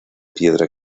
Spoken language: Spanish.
piedra